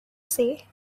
say